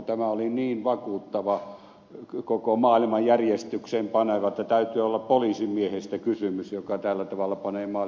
tämä oli niin vakuuttava koko maailman järjestykseen paneva lause että täytyy olla poliisimiehestä kysymys joka tällä tavalla panee maailman järjestykseen